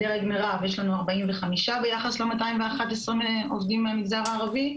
בדרג מרב יש לנו 45 ביחס ל- 211 עובדים מהמגזר הערבי,